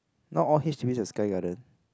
not all H_D_B S have Sky-Garden